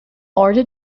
order